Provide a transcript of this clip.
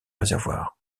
réservoir